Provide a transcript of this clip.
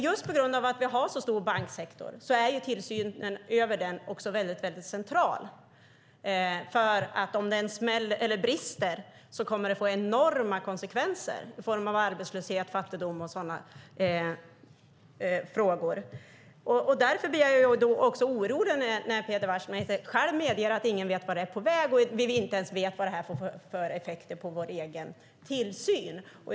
Just därför är också tillsynen över den mycket central, för om den brister kommer det att få enorma konsekvenser i form av arbetslöshet, fattigdom och sådant. Därför blir jag orolig när Peder Wachtmeister medger att ingen vet vart det hela är på väg och att vi inte vet vad det får för effekter på vår egen tillsyn.